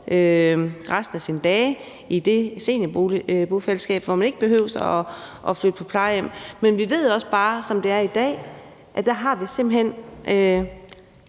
resten af sine dage, altså i det seniorbofællesskab, og at man ikke behøver at flytte på plejehjem. Vi ved også bare, at som det er i dag, har vi simpelt hen